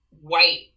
white